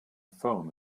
phone